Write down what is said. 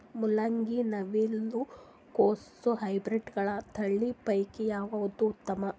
ಮೊಲಂಗಿ, ನವಿಲು ಕೊಸ ಹೈಬ್ರಿಡ್ಗಳ ತಳಿ ಪೈಕಿ ಯಾವದು ಉತ್ತಮ?